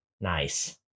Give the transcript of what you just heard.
Nice